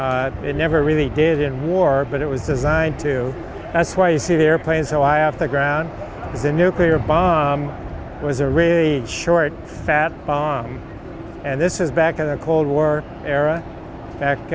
it never really did in war but it was designed to that's why you see the airplanes so i have to ground the nuclear bomb was a really short fat bomb and this is back in the cold war era back